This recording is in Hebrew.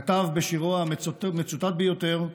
כתב בשירו המצוטט ביותר: